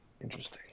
interesting